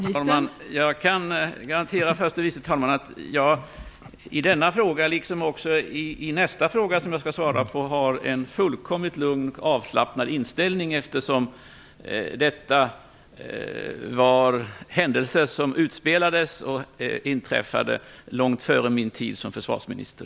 Fru talman! Jag kan garantera förste vice talmannen att jag i denna fråga och också i nästa fråga som jag skall besvara har en fullkomligt lugn och avslappnad inställning, eftersom detta är händelser som utspelades och inträffade långt före min tid som försvarsminister.